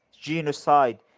genocide